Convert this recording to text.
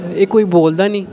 कोई बोलदा नेईं